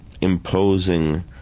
imposing